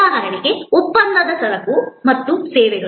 ಉದಾಹರಣೆಗೆ ಒಪ್ಪಂದದ ಸರಕು ಮತ್ತು ಸೇವೆಗಳು